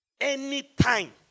Anytime